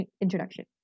introduction